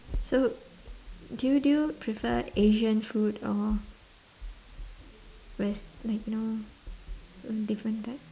so do you do you prefer asian food or west like you know different type